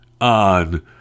on